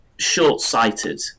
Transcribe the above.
short-sighted